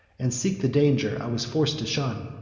and seek the danger i was forc'd to shun.